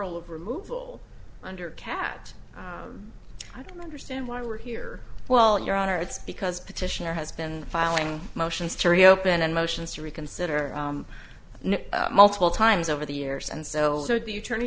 al of removal under cat i don't understand why we're here well your honor it's because petitioner has been filing motions to reopen and motions to reconsider multiple times over the years and so the attorney